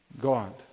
God